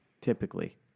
typically